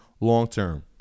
long-term